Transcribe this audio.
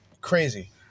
Crazy